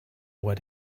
what